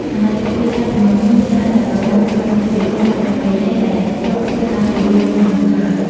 សមាជិកគ្រួសារជំនាន់មុនច្រើនតែប្រកាន់ខ្ជាប់នូវ វិធីសាស្ត្រប្រពៃណី ដែលធ្លាប់ធ្វើតាំងពីយូរលង់ណាស់មកហើយ។